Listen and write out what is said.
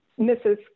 Mrs